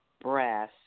brass